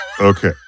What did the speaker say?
Okay